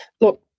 look